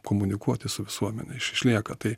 komunikuoti su visuomene iš išlieka tai